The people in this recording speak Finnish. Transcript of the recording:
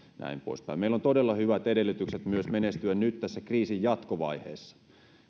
näin poispäin meillä on todella hyvät edellytykset menestyä myös nyt tässä kriisin jatkovaiheessa